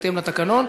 בהתאם לתקנון.